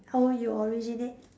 how you originate